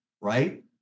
right